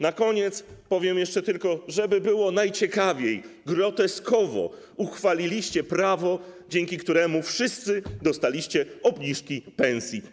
Na koniec powiem jeszcze tylko, żeby było ciekawiej, że groteskowo uchwaliliście prawo, dzięki któremu wszyscy dostaliście obniżkę pensji.